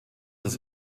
das